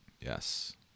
Yes